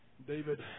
David